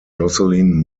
jocelyn